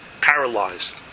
paralyzed